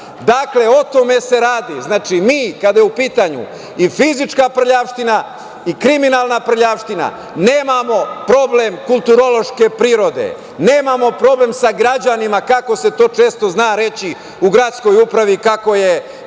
Dakle, o tome se radi, znači, mi kada je u pitanju i fizička prljavština i kriminalna prljavština nemamo problem kulturološke prirode, nemamo problem sa građanima, kako se to često zna reći, u Gradskoj upravi kako je,